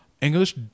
English